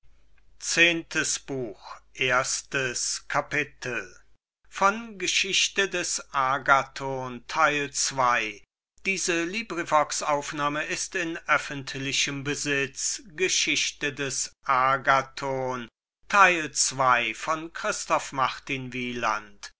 käufer des agathon